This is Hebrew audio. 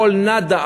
הכול נאדה,